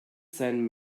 sein